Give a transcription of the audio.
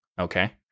Okay